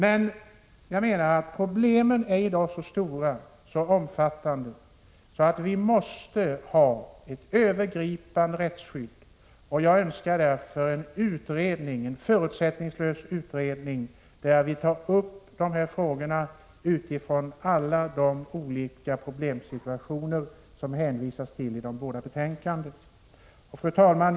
Men jag menar att problemen i dag är så stora, så omfattande att vi måste ha ett övergripande rättsskydd. Jag önskar därför en förutsättningslös utredning där, vi tar upp de här frågorna med hänsyn till alla de olika problem som det hänvisas till i de båda betänkandena. Fru talman!